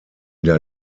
der